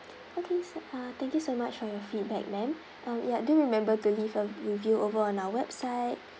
okay so uh thank you so much for your feedback ma'am um ya do remember to leave a review over on our website